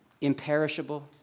Imperishable